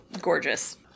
gorgeous